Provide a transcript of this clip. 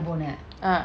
ah